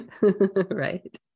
Right